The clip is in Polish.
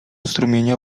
strumienia